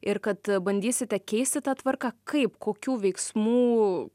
ir kad bandysite keisti tą tvarką kaip kokių veiksmų